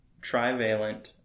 trivalent